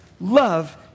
Love